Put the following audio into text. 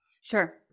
Sure